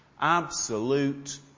Absolute